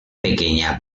pequeña